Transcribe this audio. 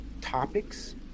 topics